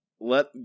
let